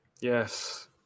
Yes